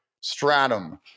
stratum